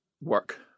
work